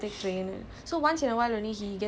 I mean he doesn't I don't like